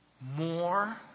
More